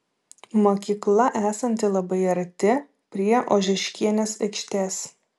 mokykla esanti labai arti prie ožeškienės aikštės